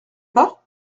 pas